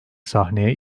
sahneye